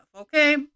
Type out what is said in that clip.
okay